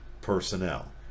personnel